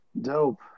Dope